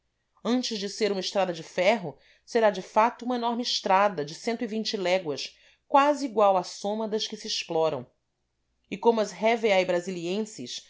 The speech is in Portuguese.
antes de ser uma estrada de ferro será de fato uma enorme estradade léguas quase igual à soma das que se exploram e como as heveas brasiliensis